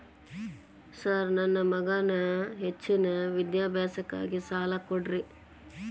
Sir ನನ್ನ ಮಗನ ಹೆಚ್ಚಿನ ವಿದ್ಯಾಭ್ಯಾಸಕ್ಕಾಗಿ ಸಾಲ ಕೊಡ್ತಿರಿ?